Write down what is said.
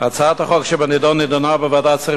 הצעת החוק שבנדון נדונה בוועדת השרים